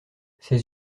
ces